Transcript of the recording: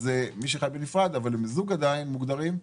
מי שחי בנפרד אבל מוגדרים עדיין זוג,